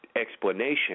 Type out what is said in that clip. explanation